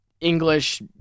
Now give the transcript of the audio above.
English